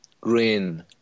green